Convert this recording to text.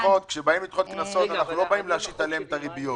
כשבאים לדחות קנסות אנחנו לא באים להשית עליהם ריביות.